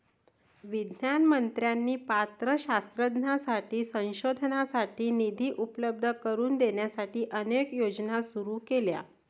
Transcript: विज्ञान मंत्र्यांनी पात्र शास्त्रज्ञांसाठी संशोधनासाठी निधी उपलब्ध करून देण्यासाठी अनेक योजना सुरू केल्या